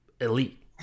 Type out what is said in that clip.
elite